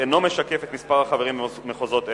אינו משקף את מספר החברים במחוזות אלו: